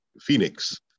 Phoenix